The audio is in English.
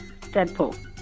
Deadpool